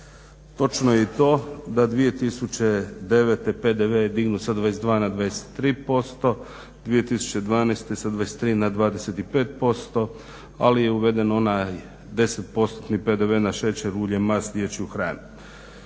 Točno je i to da 2009. PDV je dignut sa 22 na 23%, 2012.sa 23 na 25%, ali je uveden onaj 10%-tni PDV na šećer, ulje, mast, dječju hranu.